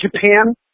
Japan